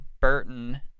Burton